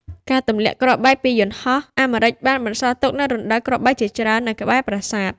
ការទម្លាក់គ្រាប់បែកពីយន្តហោះអាមេរិកបានបន្សល់ទុកនូវរណ្តៅគ្រាប់បែកជាច្រើននៅក្បែរប្រាសាទ។